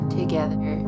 together